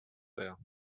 there